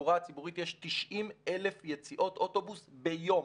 שבתחבורה הציבורית יש 90,000 יציאות אוטובוס ביום.